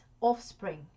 offspring